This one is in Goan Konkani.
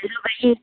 हॅलो बाई